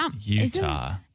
Utah